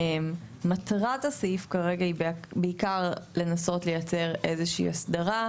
מטרת הסעיף כרגע היא בעיקר לנסות לייצר איזו שהיא הסדרה,